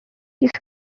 with